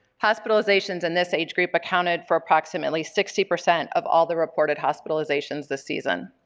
hospitalizations in this age group accounted for approximately sixty percent of all the reported hospitalizations this season.